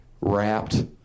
wrapped